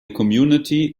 community